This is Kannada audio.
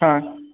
ಹಾಂ